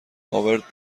هاورد